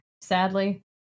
sadly